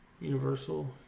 universal